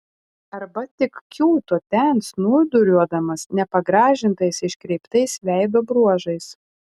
arba tik kiūto ten snūduriuodamas nepagražintais iškreiptais veido bruožais